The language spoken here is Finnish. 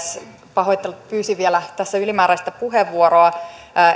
pahoittelut että pyysin tässä vielä ylimääräistä puheenvuoroa